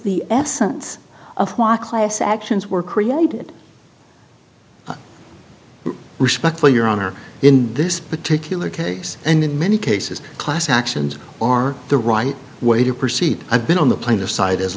the essence of why class actions were created respect for your honor in this particular case and in many cases class actions are the right way to proceed i've been on the player side as